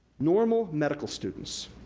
normal medical students,